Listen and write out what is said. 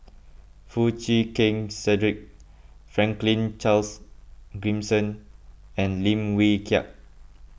Foo Chee Keng Cedric Franklin Charles Gimson and Lim Wee Kiak